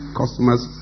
customers